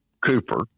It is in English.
Cooper